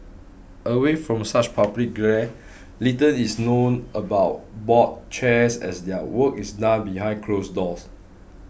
away from such public glare little is known about board chairs as their work is done behind closed doors